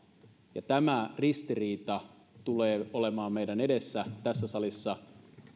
ja tämä ristiriita tulee olemaan meidän edessämme tässä salissa